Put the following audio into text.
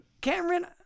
Cameron